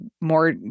more